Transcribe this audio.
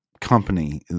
company